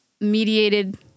mediated